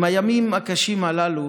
אם הימים הקשים הללו